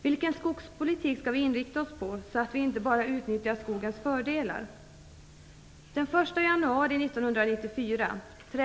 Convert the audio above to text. Vilken skogspolitik skall vi då inrikta oss på så att vi inte bara utnyttjar skogens fördelar?